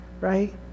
right